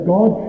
God